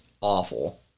awful